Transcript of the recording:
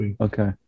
Okay